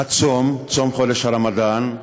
הצום, צום חודש הרמדאן,